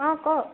অঁ কওক